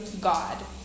God